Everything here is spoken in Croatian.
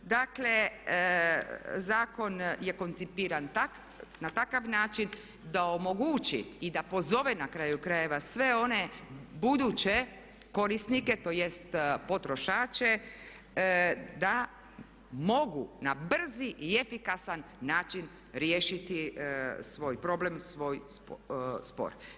Dakle, zakon je koncipiran na takav način da omogući i da pozove na kraju krajeva sve one buduće korisnike tj. potrošače da mogu na brzi i efikasan način riješiti svoj problem, svoj spor.